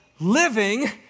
living